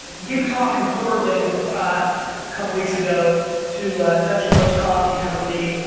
gave a talk in portland a couple weeks ago to dutch bros coffee company,